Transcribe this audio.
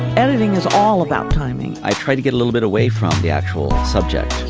editing is all about timing. i tried to get a little bit away from the actual so yeah